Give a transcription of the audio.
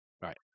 right